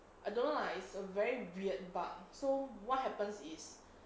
I don't know lah it's a very weird bug so what happens is